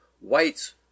whites